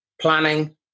planning